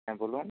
হ্যাঁ বলুন